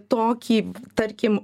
tokį tarkim